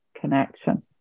connection